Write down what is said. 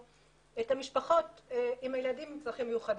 את המשפחות עם הילדים עם צרכים מיוחדים.